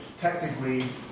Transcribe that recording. technically